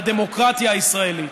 לדמוקרטיה הישראלית.